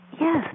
yes